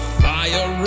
fire